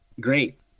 Great